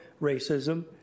racism